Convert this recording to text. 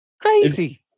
Crazy